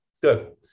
good